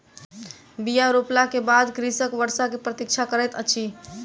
बीया रोपला के बाद कृषक वर्षा के प्रतीक्षा करैत अछि